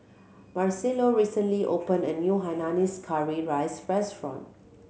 Marcello recently open a new hainanese curry rice restaurant